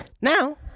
Now